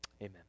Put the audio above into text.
Amen